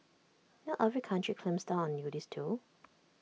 not every country clamps down on nudists though